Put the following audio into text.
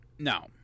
No